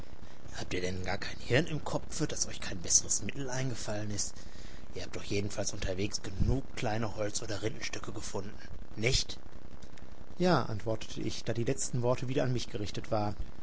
habt ihr denn gar kein hirn im kopfe daß euch kein besseres mittel eingefallen ist ihr habt doch jedenfalls unterwegs genug kleine holz oder rindenstücke gefunden nicht ja antwortete ich da die letzten worte wieder an mich gerichtet waren